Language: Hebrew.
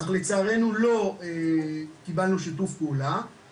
אך לצערנו לא קיבלנו שיתוף פעולה.